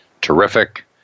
terrific